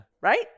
Right